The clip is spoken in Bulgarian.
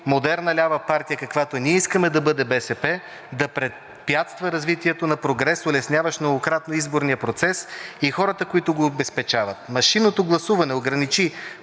модерна лява партия, каквато ние искаме да бъде БСП, да препятства развитието на прогрес, улесняващ многократно изборния процес и хората, които го обезпечават. Машинното гласуване ограничи